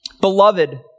Beloved